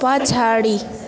पछाडि